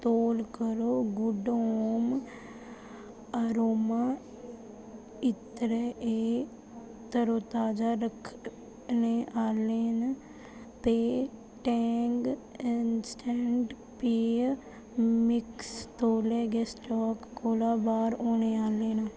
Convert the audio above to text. तौल करो good home aroma इत्तरें एयर तरोताजा रक्खने आह्लियां ते टैंग इंस्टैंट पेय मिक्स तौले गै स्टाक कोला बाह्र होने आह्ले न